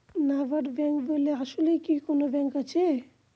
NABARD bank বলে কি আসলেই কোনো ব্যাংক আছে?